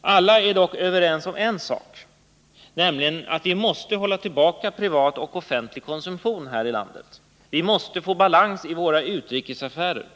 Alla är dock överens om en sak, nämligen att vi måste hålla tillbaka privat och offentlig konsumtion här i landet. Vi måste få balans i våra utrikesaffärer.